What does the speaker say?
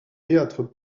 théâtres